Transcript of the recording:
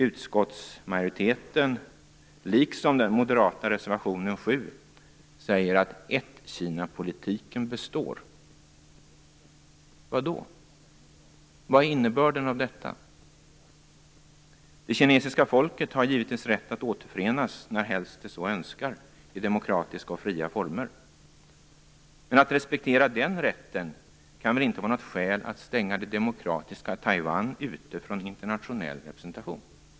Utskottsmajoriteten säger, liksom den moderata motionen 7, att ett-Kina-politiken består. Vad är innebörden av det? Det kinesiska folket har givetvis rätt att återförenas närhelst det så önskar i demokratiska och fria former. Men att respektera den rätten kan väl inte vara något skäl att stänga det demokratiska Taiwan ute från internationell representation?